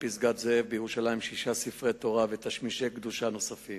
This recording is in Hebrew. פסגת-זאב בירושלים שישה ספרי תורה ותשמישי קדושה נוספים.